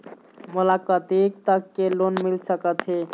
मोला कतेक तक के लोन मिल सकत हे?